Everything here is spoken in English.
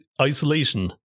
isolation